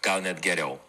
gal net geriau